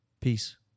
Peace